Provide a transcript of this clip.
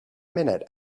minute